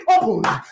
open